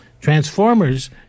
Transformers